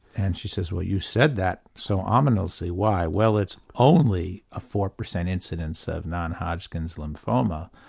and she says well you said that, so ominously why? well it's only a four percent incidence of non-hodgkin's lymphoma.